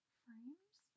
frames